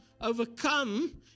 overcome